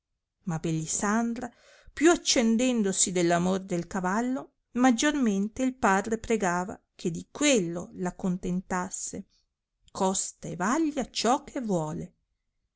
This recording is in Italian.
ma bellisandra più accendendosi dell amor del cavallo maggiormente il padre pregava che di quello la contentasse costa e vaglia ciò che vuole